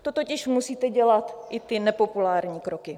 To totiž musíte dělat i nepopulární kroky.